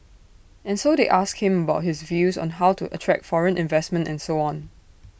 and so they asked him about his views on how to attract foreign investment and so on